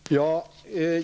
Herr talman!